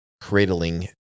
cradling